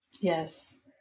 Yes